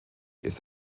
ist